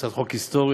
הצעת חוק היסטורית,